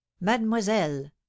Mademoiselle